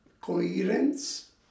coherence